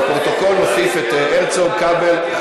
יש פה, זה נדון בכספים.